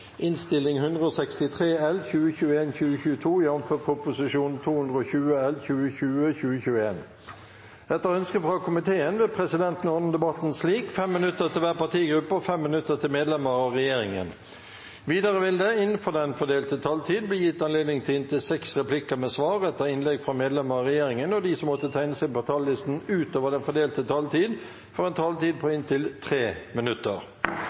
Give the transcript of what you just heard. minutter til medlemmer av regjeringen. Videre vil det – innenfor den fordelte taletid – bli gitt anledning til inntil seks replikker med svar etter innlegg fra medlemmer av regjeringen, og de som måtte tegne seg på talerlisten utover den fordelte taletid, får en taletid på inntil 3 minutter.